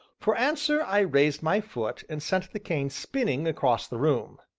for answer i raised my foot and sent the cane spinning across the room.